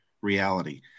reality